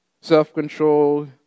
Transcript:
Self-control